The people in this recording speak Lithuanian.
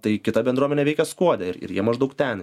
tai kita bendruomenė veikia skuode ir ir jie maždaug ten